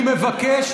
בנט, איפה העם שלי?